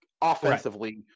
offensively